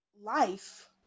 life